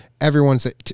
everyone's